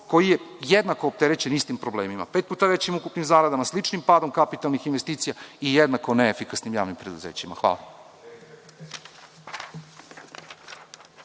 koji je jednako opterećen istim problemima, pet puta većim ukupnim zaradama, sličnim padom kapitalnih investicija i jednako neefikasnim javnim preduzećima. Hvala.